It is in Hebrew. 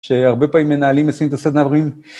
שהרבה פעמים מנהלים עושים את הסדנה, אומרים